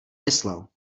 myslel